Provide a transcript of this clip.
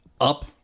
up